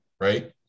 right